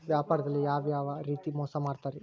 ವ್ಯಾಪಾರದಲ್ಲಿ ಯಾವ್ಯಾವ ರೇತಿ ಮೋಸ ಮಾಡ್ತಾರ್ರಿ?